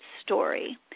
story